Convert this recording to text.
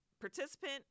participant